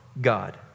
God